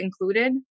included